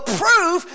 proof